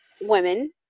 women